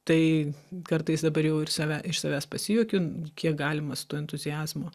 tai kartais dabar jau ir save iš savęs pasijuokiu kiek galima su tuo entuziazmu